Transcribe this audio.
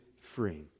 free